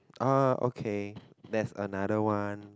ah okay that's another one